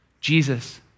Jesus